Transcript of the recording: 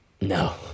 No